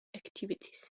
activities